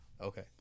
Okay